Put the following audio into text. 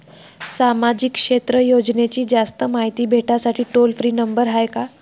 सामाजिक क्षेत्र योजनेची जास्त मायती भेटासाठी टोल फ्री नंबर हाय का?